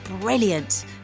brilliant